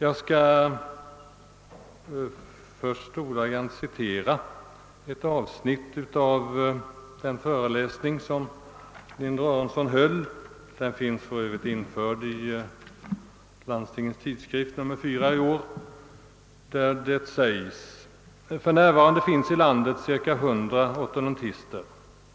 Jag skall först ordagrant återge ett avsnitt av den föreläsning, som Sten Linder-Aronson höll och som för övrigt i sammandrag är införd i Landstingens Tidskrift, nr 4 detta år. Det heter där: »För närvarande finns i landet ca 100 ortodontister,